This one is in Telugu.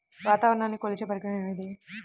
వాతావరణాన్ని కొలిచే పరికరం ఏది?